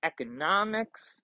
economics